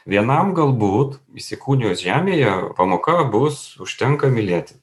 vienam galbūt įsikūnijus žemėje pamoka bus užtenka mylėti